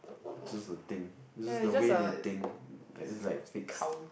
just a thing it's just the way they think like it's like fixed